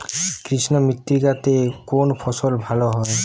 কৃষ্ণ মৃত্তিকা তে কোন ফসল ভালো হয়?